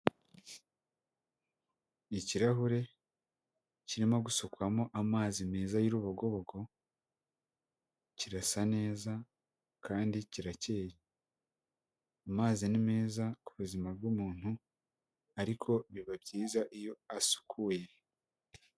Ikirahure kirimo gusukwamo amazi meza y'urubogobogo, kirasa neza kandi kirakeye, amazi ni meza ku buzima bw'umuntu ariko biba byiza iyo asukuye.